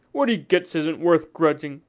what he gets isn't worth grudging.